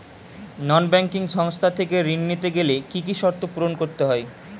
নন banking সংস্থা থেকে ঋণ নিতে গেলে কি কি শর্ত পূরণ করতে হয়?